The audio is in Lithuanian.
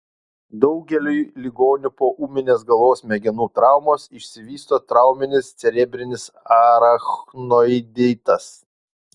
daugeliui ligonių po ūminės galvos smegenų traumos išsivysto trauminis cerebrinis arachnoiditas